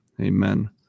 Amen